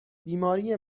بیماری